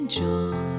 joy